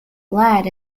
ladd